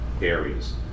areas